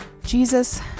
Jesus